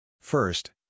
First